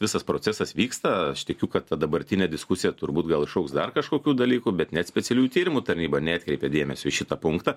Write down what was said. visas procesas vyksta aš tikiu kad ta dabartinė diskusija turbūt gal išaugs dar kažkokių dalykų bet net specialiųjų tyrimų tarnyba neatkreipė dėmesio į šitą punktą